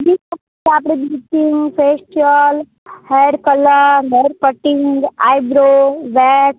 વીસ તારીખ આપણે bleaching facial hair colour hair cutting eyebrow wax